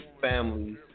families